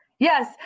yes